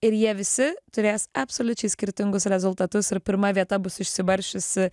ir jie visi turės absoliučiai skirtingus rezultatus ir pirma vieta bus išsibarsčiusi